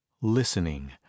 listening